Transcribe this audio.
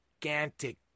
gigantic